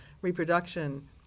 reproduction